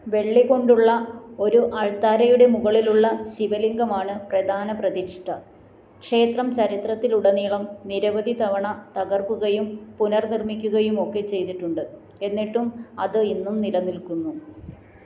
വെള്ളി കൊണ്ടുള്ള ഒരു അൾത്താരയുടെ മുകളിലുള്ള ശിവലിംഗമാണ് പ്രധാന പ്രതിഷ്ഠ ക്ഷേത്രം ചരിത്രത്തിലുടനീളം നിരവധി തവണ തകർക്കുകയും പുനർനിർമിക്കുകയും ഒക്കെ ചെയ്തിട്ടുണ്ട് എന്നിട്ടും അത് ഇന്നും നിലനിൽക്കുന്നു